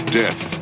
death